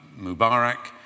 Mubarak